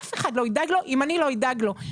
אף אחד לא ידאג לו אם אני לא אדאג לו.